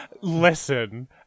Listen